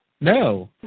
No